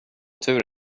tur